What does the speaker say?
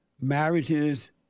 marriages